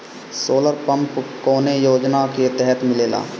Solar pump कौने योजना के तहत मिलेला?